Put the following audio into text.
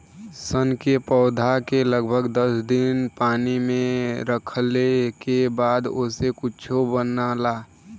सन के पौधा के लगभग दस दिन पानी में रखले के बाद ओसे कुछो बनला